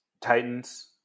Titans